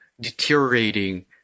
deteriorating